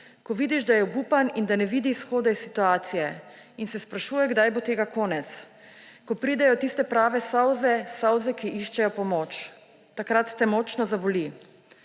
ko vidiš, da je obupan in da ne vidi izhoda iz situacije in se sprašuje, kdaj bo tega konec. Ko pridejo tiste prave solze, solze, ki iščejo pomoč, takrat te močno zaboli.«